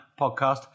podcast